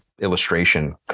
illustration